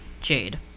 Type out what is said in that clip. Jade